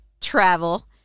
travel